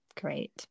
Great